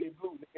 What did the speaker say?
blue